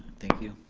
thank you.